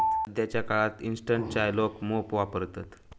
सध्याच्या काळात इंस्टंट चाय लोका मोप वापरतत